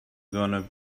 gonna